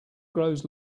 grows